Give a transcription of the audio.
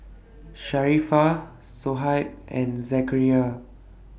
Sharifah Shoaib and Zakaria